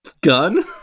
gun